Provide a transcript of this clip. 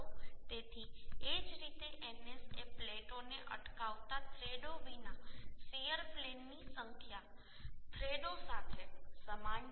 તેથી એ જ રીતે ns એ પ્લેટોને અટકાવતા થ્રેડો વિના શીયર પ્લેનની સંખ્યા થ્રેડો સાથે સમાન છે